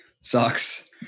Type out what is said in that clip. Sucks